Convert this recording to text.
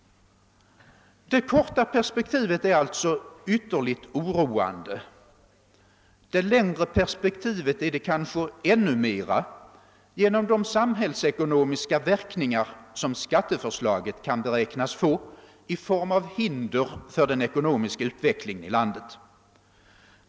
Det korta perspektivet är alltså ytterligt oroande. Det längre perspektivet är det kanske i ännu högre grad på grund av de samhällsekonomiska verkningar som skatteförslaget kan beräknas få i form av hinder för den ekonomiska utvecklingen i landet.